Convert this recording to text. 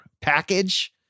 package